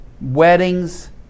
Weddings